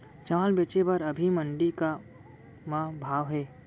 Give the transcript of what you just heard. चांवल बेचे बर अभी मंडी म का भाव हे?